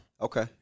Okay